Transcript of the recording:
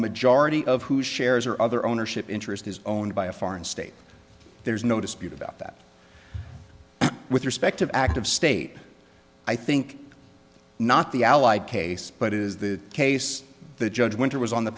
majority of whose shares or other ownership interest is owned by a foreign state there's no dispute about that with respect of active state i think not the ally case but is the case the judge winter was on the